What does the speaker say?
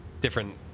different